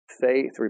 faith